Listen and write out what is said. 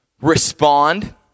Respond